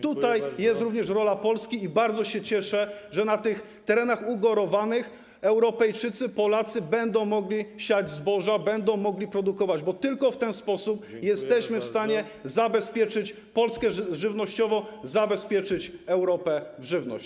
Tutaj jest również rola Polski i bardzo się cieszę, że na tych terenach ugorowanych Europejczycy, Polacy będą mogli siać zboża, będą mogli produkować, bo tylko w ten sposób jesteśmy w stanie zabezpieczyć Polskę żywnościowo, zabezpieczyć Europę w żywność.